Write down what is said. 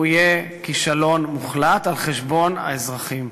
שהוא יהיה כישלון מוחלט על חשבון האזרחים.